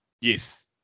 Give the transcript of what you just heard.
Yes